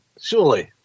surely